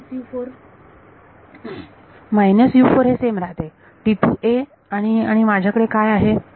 विद्यार्थी हे सेम राहते आणि आणि माझ्याकडे काय आहे